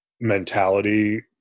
mentality